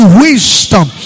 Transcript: wisdom